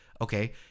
okay